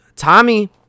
tommy